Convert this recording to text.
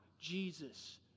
Jesus